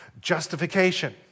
justification